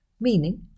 meaning